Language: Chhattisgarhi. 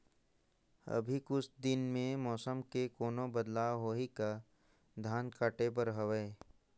अभी कुछ दिन मे मौसम मे कोनो बदलाव होही का? धान काटे बर हवय?